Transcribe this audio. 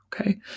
Okay